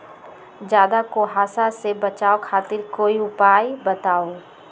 ज्यादा कुहासा से बचाव खातिर कोई उपाय बताऊ?